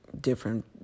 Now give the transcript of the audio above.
different